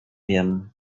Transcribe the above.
wiem